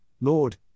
Lord